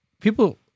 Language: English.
people